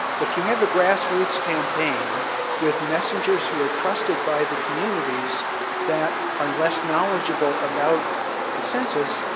if you have a grassroots campaign with messengers who are trusted by the communities that are less knowledgeable about the census,